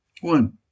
One